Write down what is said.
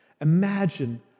Imagine